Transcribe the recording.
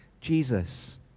Jesus